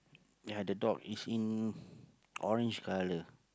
ya the dog is in orange colour